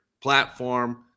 platform